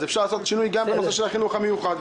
אז אפשר לעשות שינוי גם בתקציב של החינוך המיוחד.